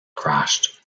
crashed